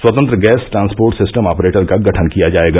स्वतंत्र gas transport system operator का गठन किया जायेगा